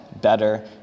better